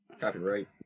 Copyright